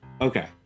Okay